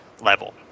level